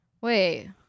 Wait